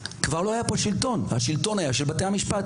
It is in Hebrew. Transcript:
כבר לא היה פה שלטון כי הוא היה של בתי המשפט,